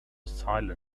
silently